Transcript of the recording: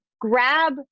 grab